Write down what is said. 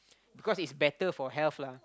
because it's better for health lah